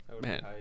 Man